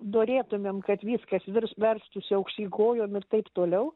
norėtumėm kad viskas virs verstųsi aukštyn kojom ir taip toliau